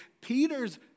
Peter's